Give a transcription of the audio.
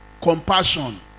compassion